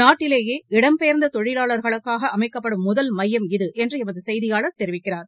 நாட்டிலேயே இடம்பெயர்ந்த தொழிலாளர்களுக்காக அமைக்கப்படும் முதல் மையம் இது என்று எமது செய்தியாளர் தெரிவிக்கிறார்